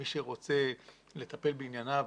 מי שרוצה לטפל בענייניו,